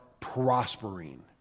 prospering